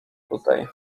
tutaj